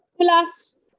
plus